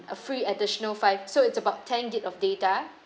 a free additional five so it's about ten gig of data